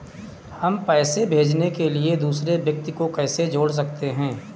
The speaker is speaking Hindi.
हम पैसे भेजने के लिए दूसरे व्यक्ति को कैसे जोड़ सकते हैं?